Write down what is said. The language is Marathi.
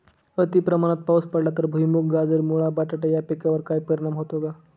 अतिप्रमाणात पाऊस पडला तर भुईमूग, गाजर, मुळा, बटाटा या पिकांवर काही परिणाम होतो का?